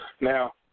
Now